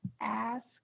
ask